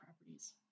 properties